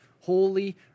holy